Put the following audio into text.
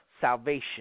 salvation